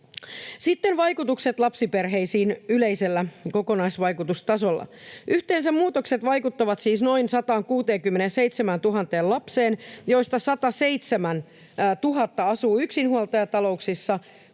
Sitten vaikutukset lapsiperheisiin yleisellä kokonaisvaikutustasolla. Yhteensä muutokset vaikuttavat siis noin 167 000 lapseen, joista 107 000 asuu yksinhuoltajatalouksissa.